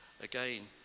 Again